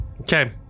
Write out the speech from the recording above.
Okay